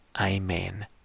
Amen